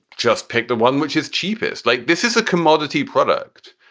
just pick the one which is cheapest. like, this is a commodity product.